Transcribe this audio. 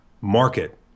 market